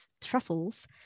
Truffles